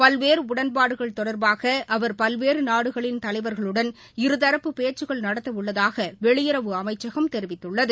பல்வேறு உடன்பாடுகள் தொடர்பாக அவர் பல்வேறு நாடுகளின் தலைவர்களுடன் இருதரப்பு பேச்சுக்கள் நடத்த உள்ளதாக வெளியுறவு அமைச்சகம் தெரிவித்துள்ளது